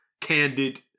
Candid